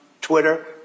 Twitter